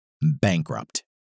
Bankrupt